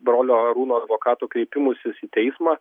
brolio arūno advokatų kreipimusis į teismą